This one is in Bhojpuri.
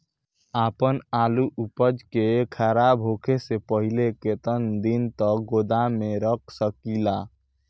आपन आलू उपज के खराब होखे से पहिले केतन दिन तक गोदाम में रख सकिला?